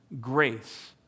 grace